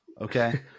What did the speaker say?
okay